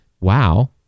wow